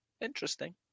interesting